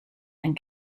and